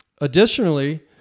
Additionally